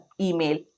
email